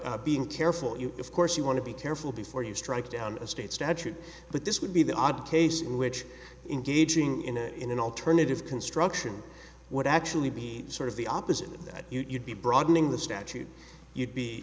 about being careful of course you want to be careful before you strike down a state statute but this would be the odd case in which in gauging in a in an alternative construction would actually be sort of the opposite that you'd be broadening the statute you'd be